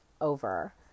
over